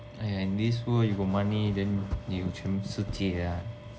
this world you got money then 有全世界啊